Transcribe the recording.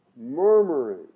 Murmuring